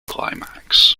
climax